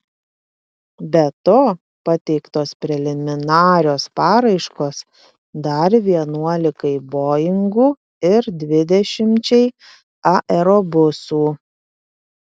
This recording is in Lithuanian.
be to pateiktos preliminarios paraiškos dar vienuolikai boingų ir dvidešimčiai aerobusų